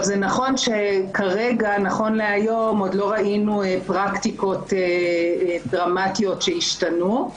זה נכון שנכון להיום עוד לא ראינו פרקטיקות דרמטיות שהשתנו,